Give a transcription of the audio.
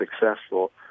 successful